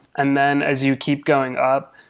and then as you keep going up,